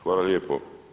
Hvala lijepo.